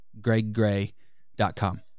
greggray.com